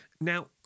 now